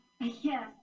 Yes